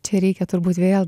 čia reikia turbūt vėl